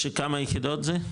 שכמה יחידות זה?